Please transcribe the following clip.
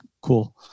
Cool